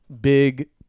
big